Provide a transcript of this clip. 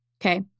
okay